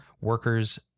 workers